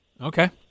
Okay